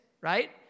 right